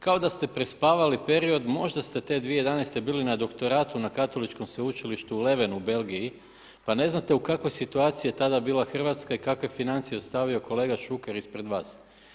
Kao da ste prespavali period, možda ste te 2011.-te bili na doktoratu na Katoličkom Sveučilištu u Levenu u Belgiji, pa ne znate u kakvoj situaciji je tada bila RH i kakve je financije ostavio kolega Šuker ispred vas.